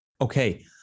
okay